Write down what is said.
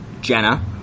Jenna